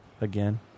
again